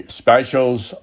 specials